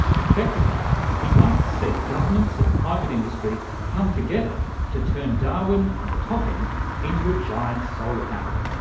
effectively he'd like to see governments and private industry come together to turn darwin and the top end into a giant solar panel,